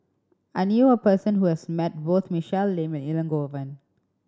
I knew a person who has met both Michelle Lim and Elangovan